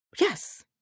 yes